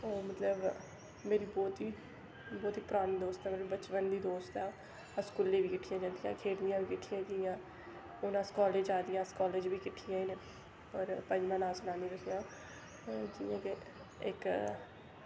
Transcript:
ओह् मतलव मेरी बौह्त ही बौह्त ही परानी दोस्त ऐ मेरी बचपन दी दोस्त ऐ अस स्कूले बी किट्ठियां जंदियां हियां खेढदियां बी किट्ठियां हियां हून अस कालेज जंदियां अस कालेज बी किट्ठियां गै न होर पंजमा नां सनानी तुसें आं'ऊ